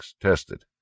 tested